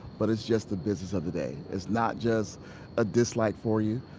but it's just the business of the day. it's not just a dislike for you.